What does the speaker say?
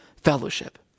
fellowship